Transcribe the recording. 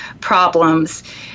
problems